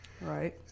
Right